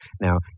Now